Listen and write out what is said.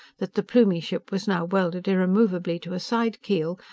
that the plumie ship was now welded irremovably to a side-keel,